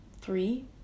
Three